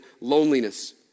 loneliness